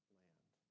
land